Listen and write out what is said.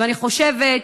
ואני חושבת,